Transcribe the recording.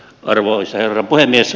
arvoisa herra puhemies